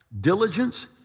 Diligence